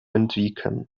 entwickeln